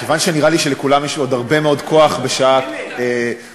מכיוון שנראה לי שלכולם יש עוד הרבה מאוד כוח בשעה המוקדמת,